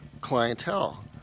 clientele